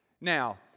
Now